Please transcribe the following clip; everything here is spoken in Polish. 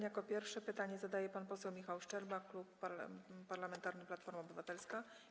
Jako pierwszy pytanie zadaje pan poseł Michał Szczerba, Klub Parlamentarny Platforma Obywatelska.